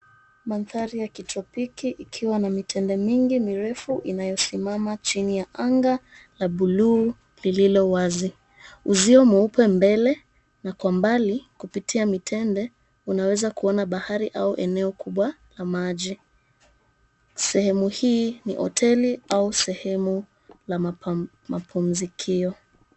Mandhari ya kitropiki ikiwa na mitende mingi mirefu inayosimama chini ya anga la buluu iliyowazi, uzio mweupe mbele na kwa umbali kupitia mitende unaweza kuona bahari au eneo kubwa la maji. Sehemu hii ni hoteli au sehemu La mapumzikio.